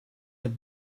have